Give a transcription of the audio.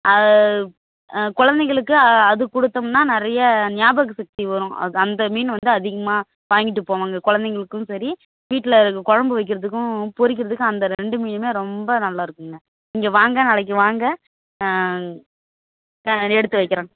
அதை குழந்தைங்களுக்கு அது கொடுத்தோம்னா நிறையா நியாபக சக்தி வரும் அது அந்த மீன் வந்து அதிகமாக வாங்கிட்டு போவாங்க குழந்தைங்களுக்கு சரி வீட்டில் குழம்பு வைக்கிறதுக்கும் பொரிக்கிறதுக்கும் அந்த ரெண்டு மீனுமே ரொம்ப நல்லாருக்கும்ங்க நீங்கள் வாங்க நாளைக்கு வாங்க ஆ நாங்கள் எடுத்து வைக்கிறோம்